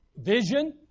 vision